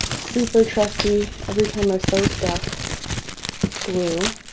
super trusty every time i sew stuff glue